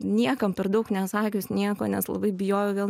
niekam per daug neatsakius nieko nes labai bijojau vėl